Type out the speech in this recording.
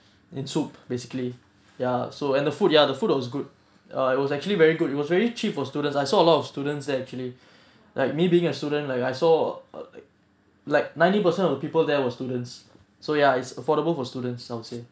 in soup basically ya so and the food ya the food was good uh it was actually very good it was very cheap for students I saw a lot of students there actually like me being a student like I saw like ninety percent of the people there was students so ya it's affordable for students some say